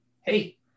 hey